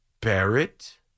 Barrett